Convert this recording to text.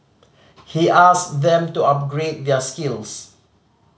he asked them to upgrade their skills